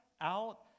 out